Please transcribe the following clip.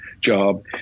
job